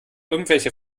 irgendwelche